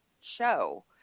show